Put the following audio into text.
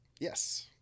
Yes